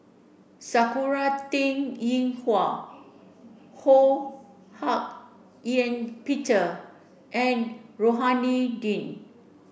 Sakura Teng Ying Hua Ho Hak Ean Peter and Rohani Din